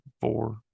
four